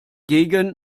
gegen